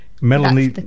Melanie